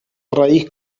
raíz